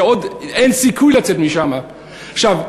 שאין סיכוי לצאת משם עוד.